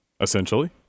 essentially